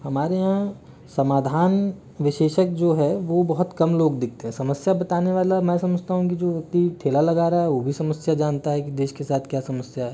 हमारे यहाँ समाधान विशेषज्ञ जो है वो बहुत कम लोग दिखते हैं समस्या बताने वाला मैं समझता की जो ठेला लगा रहा है वो भी समस्या जानता है की देश के साथ क्या समस्या है